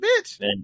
bitch